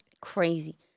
Crazy